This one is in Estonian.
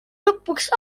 lõpuks